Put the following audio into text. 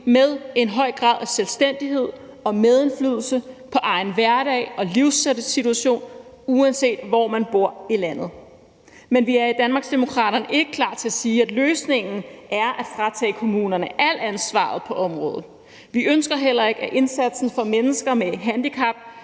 med en høj grad af selvstændighed og medindflydelse på egen hverdag og livssituation, uanset hvor i landet man bor. Men vi er i Danmarksdemokraterne ikke klar til at sige, at løsningen er at fratage kommunerne alt ansvaret på området. Vi ønsker heller ikke, at indsatsen for mennesker med handicap